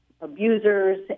abusers